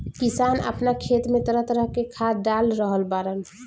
किसान आपना खेत में तरह तरह के खाद डाल रहल बाड़न